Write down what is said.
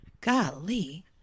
golly